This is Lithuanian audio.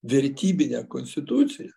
vertybinę konstituciją